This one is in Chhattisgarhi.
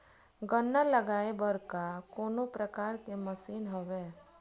गन्ना लगाये बर का कोनो प्रकार के मशीन हवय?